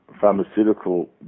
pharmaceutical